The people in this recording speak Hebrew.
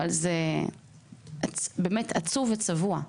אבל זה באמת עצוב וצבוע,